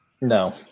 No